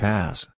Pass